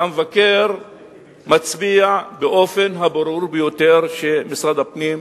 והמבקר מצביע באופן הברור ביותר שמשרד הפנים,